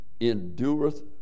endureth